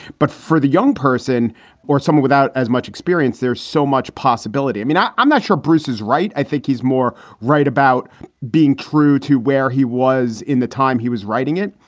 but for the young person or someone without as much experience, there's so much possibility. i mean, i'm not sure bruce is right. i think he's more right about being true to where he was in the time he was writing it.